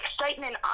excitement